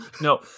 No